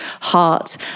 heart